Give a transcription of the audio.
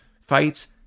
fights